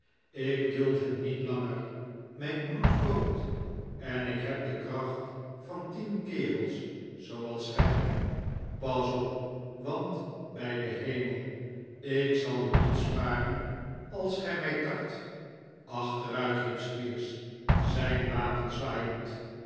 ik duld het niet langer mijn bloed kookt en ik heb de kracht van tien kerels zooals gij pas op want bij den hemel ik zal u niet sparen als gij mij tart achteruit riep squeers zijn wapen zwaaiend